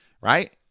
right